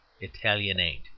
italianate